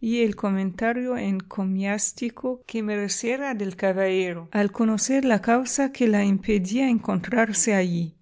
y el comentario encomiástico que mereciera del caballero al conocer la causa que la impedía encontrarse allí